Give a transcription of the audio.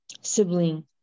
sibling